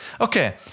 Okay